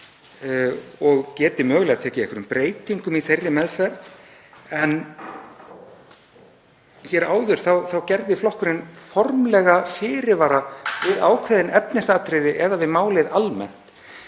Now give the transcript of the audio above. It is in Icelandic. og geti mögulega tekið einhverjum breytingum í þeirri meðferð. Hér áður gerði flokkurinn formlega fyrirvara við ákveðin efnisatriði eða við málið almennt,